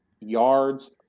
yards